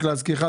רק להזכירך.